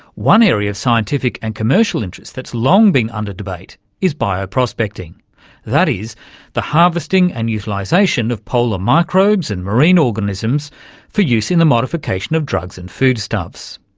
one area of scientific and commercial interest that's long been under debate is bio-prospecting that is the harvesting and utilisation of polar microbes and marine organisms for use in the modification of drugs and foodstuffs.